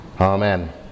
Amen